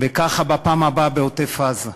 וככה בפעם הבאה בעוטף-עזה,